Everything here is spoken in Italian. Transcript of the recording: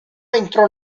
entrò